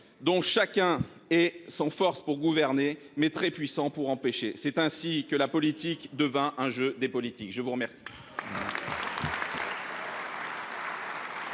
dont chacun est sans force pour gouverner mais très puissant pour empêcher. C'est ainsi que la politique devint un jeu des politiques. Je vous remercie.